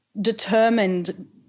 determined